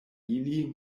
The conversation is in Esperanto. ili